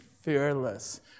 fearless